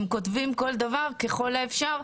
אם כתבים כל דבר ככל האפשר,